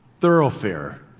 thoroughfare